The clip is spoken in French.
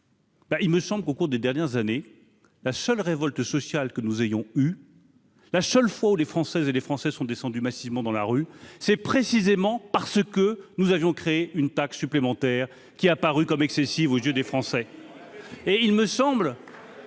il me semble qu'au cours des dernières années, la seule révolte sociale que nous ayons eu la seule fois où les Françaises et les Français sont descendus massivement dans la rue, c'est précisément parce que nous avions créé une taxe supplémentaire qui a paru comme excessive aux yeux des Français